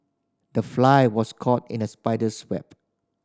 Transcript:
the fly was caught in the spider's web